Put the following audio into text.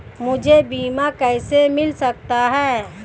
मुझे बीमा कैसे मिल सकता है?